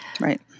Right